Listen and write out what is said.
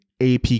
AP